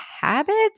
habits